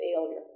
failure